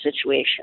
situation